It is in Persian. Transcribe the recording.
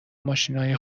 ماشینای